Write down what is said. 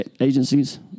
agencies